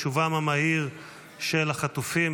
לשובם המהיר של החטופים,